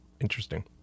Interesting